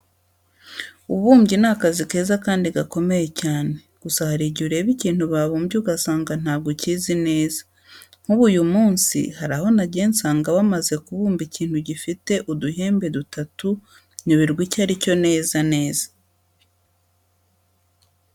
Ububumbyi ni akazi keza kandi gakomeye cyane, gusa hari igihe ureba ikintu babumbye ugasanga ntabwo ukizi neza. Nk'ubu uyu munsi hari aho nagiye nsanga bamaze kubumba ikintu gifite uduhembe dutatu nyoberwa icyo ari cyo neza neza.